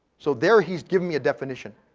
so there he's given me a definition.